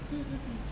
mm mm mm